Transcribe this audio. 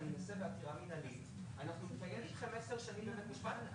עוד 20 שנה ובינתיים אין חלופות תחבורתיות.